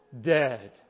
dead